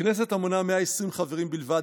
בכנסת המונה 120 חברים בלבד,